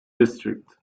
district